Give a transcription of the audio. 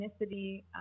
ethnicity